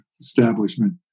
establishment